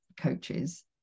coaches